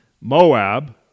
Moab